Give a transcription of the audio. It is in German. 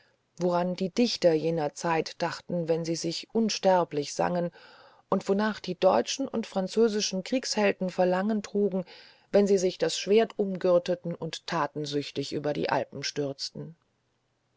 woran die dichter jener zeit dachten wenn sie sich unsterblich sangen und wonach die deutschen und französischen kriegshelden verlangen trugen wenn sie sich das schwert umgürteten und tatensüchtig über die alpen stürzten